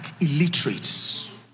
illiterates